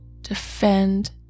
defend